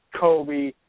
Kobe